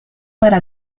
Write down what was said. para